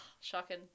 shocking